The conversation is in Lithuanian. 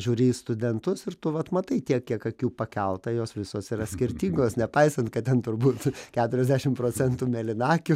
žiūri į studentus ir tu vat matai tiek kiek akių pakelta jos visos yra skirtingos nepaisant kad ten turbūt keturiasdešim procentų mėlynakių